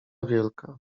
wielka